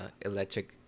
electric